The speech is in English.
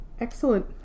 Excellent